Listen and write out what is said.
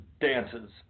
dances